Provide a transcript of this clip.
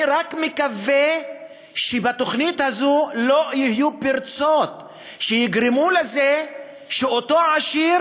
אני רק מקווה שבתוכנית הזו לא יהיו פרצות שיגרמו לזה שאותו עשיר